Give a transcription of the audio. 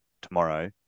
tomorrow